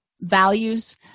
values